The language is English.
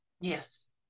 Yes